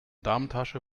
damentasche